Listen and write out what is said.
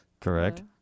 correct